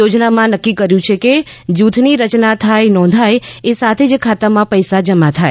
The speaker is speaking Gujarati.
યોજનામાં નક્કી કર્યું કે જૂથની રચના થાય નોંધાય એ સાથે જ ખાતામાં પૈસા જમા થાય